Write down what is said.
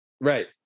Right